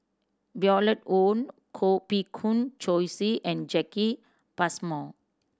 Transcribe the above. Violet Oon Koh Bee Kuan Joyce and Jacki Passmore